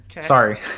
Sorry